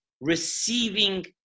receiving